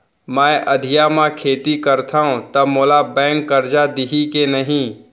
मैं अधिया म खेती करथंव त मोला बैंक करजा दिही के नही?